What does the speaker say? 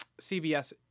CBS